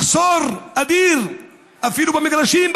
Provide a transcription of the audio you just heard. מחסור אדיר אפילו במגרשים,